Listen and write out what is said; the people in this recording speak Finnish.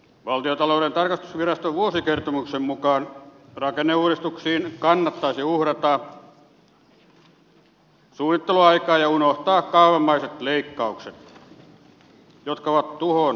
valtiontalouden tarkastusviraston vuosikertomuksen mukaan rakenneuudistuksiin kannattaisi uhrata suunnitteluaikaa ja unohtaa kaavamaiset leikkaukset jotka ovat tuhoon tuomittuja